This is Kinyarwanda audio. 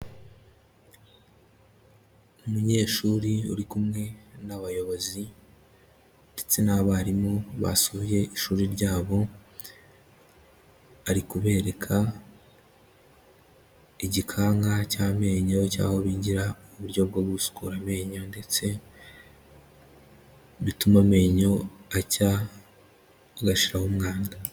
Umunyeshuri uri kumwe n'abayobozi ndetse n'abarimu basuye ishuri ryabo ari kubereka igikanka cy'amenyo cy'aho bigira uburyo bwo gusukura amenyo ndetse bituma amenyo acya agashiraho umwanda.